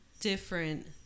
different